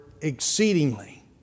exceedingly